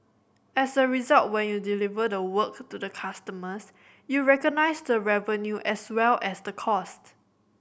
as a result when you deliver the work to the customers you recognise the revenue as well as the cost